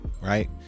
right